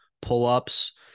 pull-ups